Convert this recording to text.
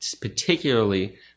particularly